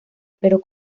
pero